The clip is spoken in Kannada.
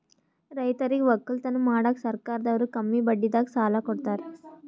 ರೈತರಿಗ್ ವಕ್ಕಲತನ್ ಮಾಡಕ್ಕ್ ಸರ್ಕಾರದವ್ರು ಕಮ್ಮಿ ಬಡ್ಡಿದಾಗ ಸಾಲಾ ಕೊಡ್ತಾರ್